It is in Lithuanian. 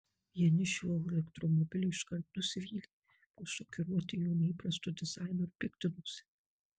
vieni šiuo elektromobiliu iškart nusivylė buvo šokiruoti jo neįprastu dizainu ir piktinosi